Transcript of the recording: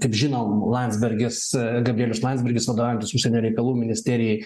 kaip žinom landsbergis gabrielius landsbergis vadovaujantis užsienio reikalų ministerijai